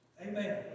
amen